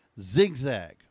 ZigZag